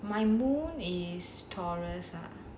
my moon is taurus